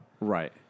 Right